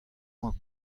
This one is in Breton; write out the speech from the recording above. boa